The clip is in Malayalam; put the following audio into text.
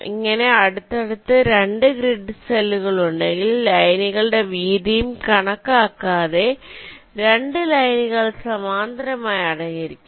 ഇങ്ങനെ അടുത്തടുത്ത രണ്ടു ഗ്രിഡ് സെല്ലുകൾ ഉണ്ടെങ്കിൽ ലൈനുകളുടെ വീതിയും കണക്കാക്കാതെ രണ്ടു ലൈനുകൾ സമാന്തരമായി അടങ്ങിയിരിക്കും